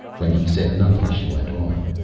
when he said nothing she went on.